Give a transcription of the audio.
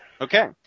Okay